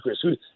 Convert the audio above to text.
Chris